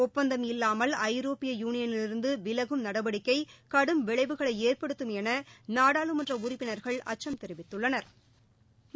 ஒப்பந்தம் இல்லாமல் ஐரோப்பிய யுனியனிலிருந்து விலகும் நடவடிக்கை கடும் விளைவுகளை ஏற்படுத்தும் என நாடாளுமன்ற உறுப்பினா்கள் அச்சம் தெரிவித்துள்ளனா்